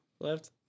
left